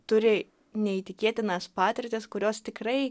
turi neįtikėtinas patirtis kurios tikrai